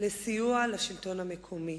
לסיוע לשלטון המקומי,